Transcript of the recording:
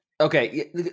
Okay